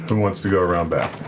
and wants to go around back?